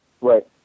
Right